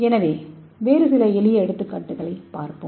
எனவே வேறு சில எளிய எடுத்துக்காட்டுகளைப் பார்ப்போம்